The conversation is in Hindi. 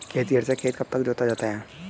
खेतिहर से खेत कब जोता जाता है?